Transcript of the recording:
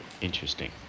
interesting